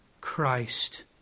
Christ